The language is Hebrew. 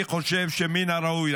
אני חושב שמן הראוי,